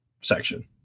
section